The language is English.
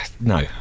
no